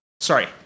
Sorry